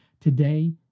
today